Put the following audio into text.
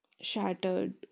shattered